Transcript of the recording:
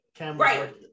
Right